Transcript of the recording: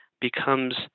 becomes